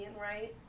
right